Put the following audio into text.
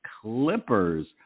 Clippers